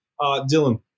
Dylan